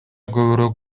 көбүрөөк